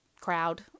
crowd